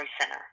Center